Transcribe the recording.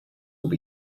will